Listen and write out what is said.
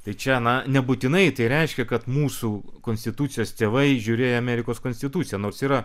tai čia na nebūtinai tai reiškia kad mūsų konstitucijos tėvai žiūrėjo amerikos konstituciją nors yra